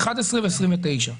11 ו-29 אחוזים.